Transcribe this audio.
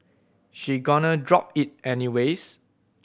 she gonna drop it anyways